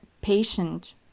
patient